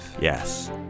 yes